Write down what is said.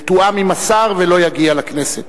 ותואם עם השר, ולא יגיע לכנסת.